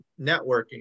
networking